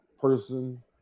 person